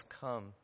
come